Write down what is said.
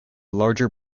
larger